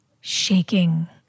shaking